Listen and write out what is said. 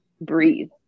breathe